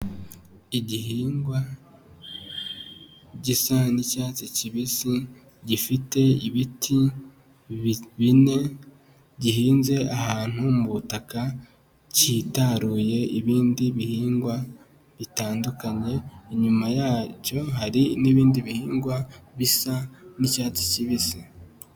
Igihingwa gisa n'icyatsi kibisi, gifite ibiti bine, gihinze ahantu mu butaka, kitaruye ibindi bihingwa bitandukanye, inyuma yacyo hari n'ibindi bihingwa bisa n'icyatsi kibisi.